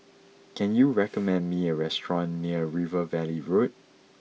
can you recommend me a restaurant near River Valley Road